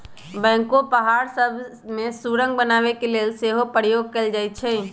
backhoe पहाड़ सभ में सुरंग बनाने के लेल सेहो प्रयोग कएल जाइ छइ